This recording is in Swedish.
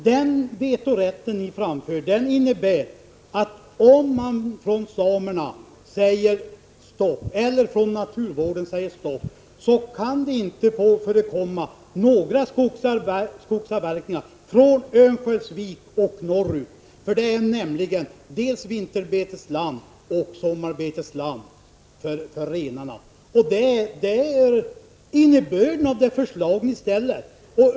Den vetorätt ni föreslår innebär att om samerna eller naturvårdens företrädare säger stopp kan det inte förekomma några skogsavverkningar från Örnsköldsvik och norrut — det är nämligen vinterbetesland och sommarbetesland för renarna. Det är innebörden av det förslag ni ställer.